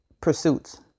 pursuits